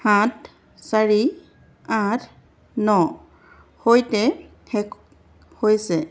সাত চাৰি আঠ নৰ সৈতে শেষ হৈছে